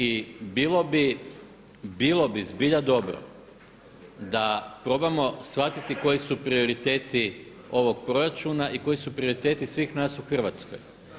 I bilo bi zbilja dobro da probamo shvatiti koji su prioriteti ovog proračuna i koji su prioriteti svih nas u Hrvatskoj.